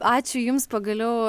ačiū jums pagaliau